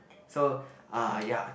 so uh ya